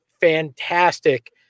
fantastic